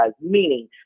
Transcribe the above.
meaning